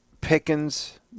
Pickens